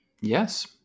Yes